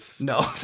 no